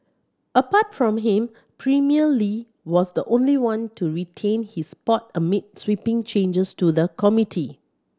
apart from him Premier Li was the only one to retain his spot amid sweeping changes to the committee